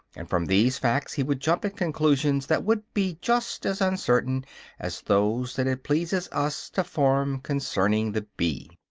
and from these facts he would jump at conclusions that would be just as uncertain as those that it pleases us to form concerning the bee.